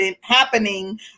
happening